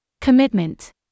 Commitment